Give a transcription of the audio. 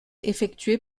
effectuée